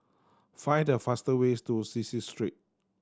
find the faster ways to Cecil Street